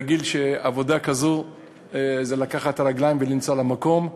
רגיל שעבודה כזאת זה לקחת את הרגליים ולנסוע למקום,